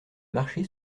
marché